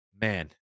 man